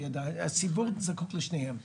הציבור זקוק לשניהם.